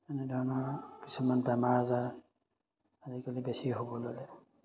এনেধৰণৰ কিছুমান বেমাৰ আজাৰ আজিকালি বেছি হ'ব ল'লে